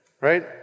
right